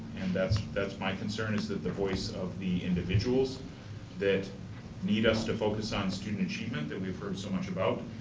that's that's my concern is that the voice of the individuals that need us to focus on student achievement, that we've heard so much about,